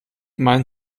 meinen